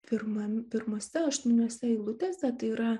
pirmam pirmose aštuoniose eilutėse tai yra